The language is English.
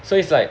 so it's like